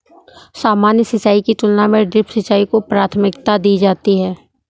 सामान्य सिंचाई की तुलना में ड्रिप सिंचाई को प्राथमिकता दी जाती है